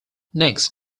next